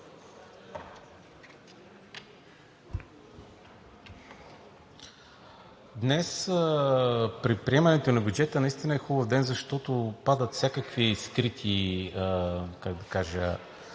Днес, при приемането на бюджета, наистина е хубав ден, защото падат всякакви скрити маски.